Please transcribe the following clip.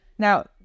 Now